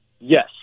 Yes